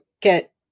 get